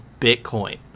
Bitcoin